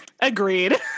agreed